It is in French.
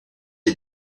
est